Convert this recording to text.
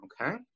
okay